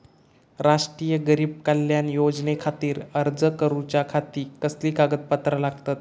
राष्ट्रीय गरीब कल्याण योजनेखातीर अर्ज करूच्या खाती कसली कागदपत्रा लागतत?